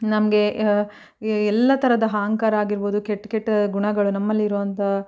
ನಮಗೆ ಎಲ್ಲ ಥರದ ಅಹಂಕಾರ ಆಗಿರ್ಬೋದು ಕೆಟ್ಟ ಕೆಟ್ಟ ಗುಣಗಳು ನಮ್ಮಲ್ಲಿ ಇರುವಂಥ